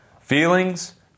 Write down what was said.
Feelings